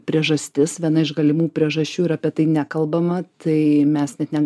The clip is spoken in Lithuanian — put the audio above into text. priežastis viena iš galimų priežasčių ir apie tai nekalbama tai mes net ne